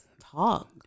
talk